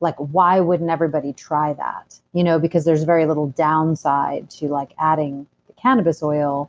like why wouldn't everybody try that? you know because there's very little downside to like adding the cannabis oil